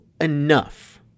enough